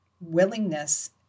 Willingness